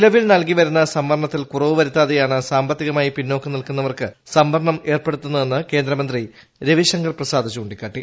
നിലവിൽ നൽകി വരുന്ന സംവരണത്തിൽ കുറവ് വരുത്താ തെയാണ് സാമ്പത്തികമായി പിന്നാക്കം നിൽക്കുന്നവർക്ക് സംവര ണം ഏർപ്പെടുത്തുന്നതെന്ന് കേന്ദ്രമന്ത്രി രവിശങ്കർ പ്രസാദ് ചൂണ്ടി ക്കാട്ടി